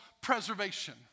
preservation